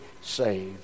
saved